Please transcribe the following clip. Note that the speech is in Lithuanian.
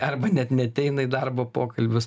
arba net neateina į darbo pokalbius